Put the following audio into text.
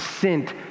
sent